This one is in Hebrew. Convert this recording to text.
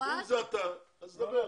אם זה אתה אז דבר,